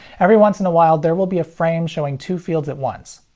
every once in a while there will be a frame showing two fields at once.